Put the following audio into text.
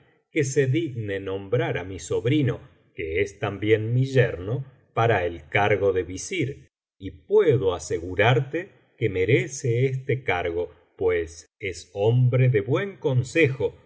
que se digne nombrar á mi sobrino que es también mi yerno para el cargo de visir y puedo asegurarte que merece este cargo pues es hombre de buen consejo